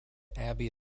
abbey